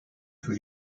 für